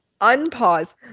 Unpause